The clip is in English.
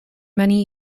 many